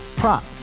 prop